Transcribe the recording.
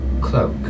cloak